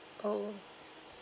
oh